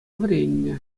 вӗреннӗ